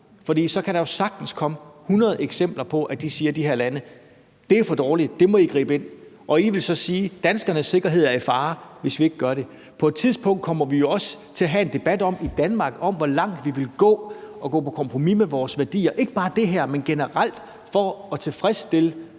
For der kan sagtens komme hundrede eksempler på, at så siger de her lande, at det er for dårligt, og at vi må gribe ind. Regeringen vil så sige: Danskernes sikkerhed er i fare, hvis vi ikke gør det. På et tidspunkt kommer vi jo også til at have en debat i Danmark om, hvor langt vi vil gå i forhold til at gå på kompromis med vores værdier, ikke bare angående det her, men generelt, for at tilfredsstille